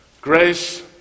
Grace